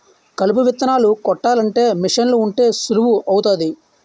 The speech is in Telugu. కలుపు విత్తనాలు కొట్టాలంటే మీసన్లు ఉంటే సులువు అవుతాది